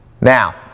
Now